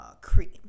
cream